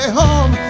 home